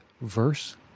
verse